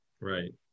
Right